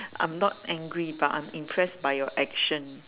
I'm not angry but I'm impressed by your action